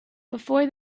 before